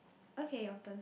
okay your turn